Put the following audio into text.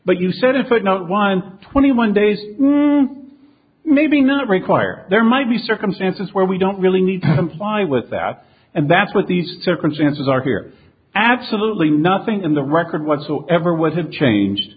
but you said it but no wind twenty one days maybe not required there might be circumstances where we don't really need five with that and that's what these circumstances are here absolutely nothing in the record whatsoever w